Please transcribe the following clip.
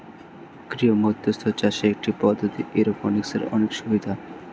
গৃহমধ্যস্থ চাষের একটি পদ্ধতি, এরওপনিক্সের অনেক সুবিধা